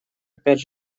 опять